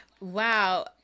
Wow